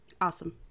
Awesome